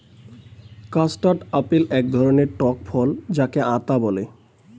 custard apple এক ধরণের টক ফল যাকে আতা বলে